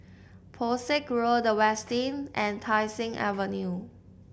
Pesek Road The Westin and Tai Seng Avenue